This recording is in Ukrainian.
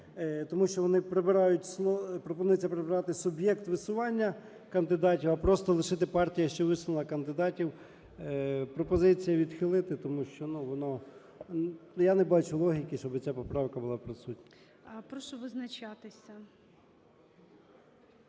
тому що пропонується прибрати "суб'єкт висування кандидатів", а просто лишити "партія, що висунула кандидатів". Пропозиція відхилити, тому що, ну, воно… Я не бачу логіки, щоби ця поправка була присутня.